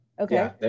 okay